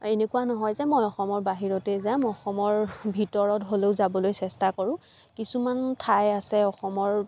এনেকুৱা নহয় যে মই অসমৰ বাহিৰতেই যাম অসমৰ ভিতৰত হ'লেও যাবলৈ চেষ্টা কৰোঁ কিছুমান ঠাই আছে অসমৰ